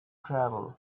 travel